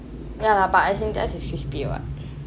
ya but as in their is crispy what